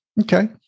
Okay